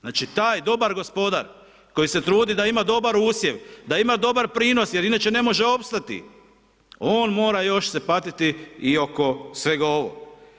Znači, taj dobar gospodar koji se trudi da ima dobar usjev, da ima dobar prinos jer inače ne može opstati, on mora još se patiti i oko svega ovog.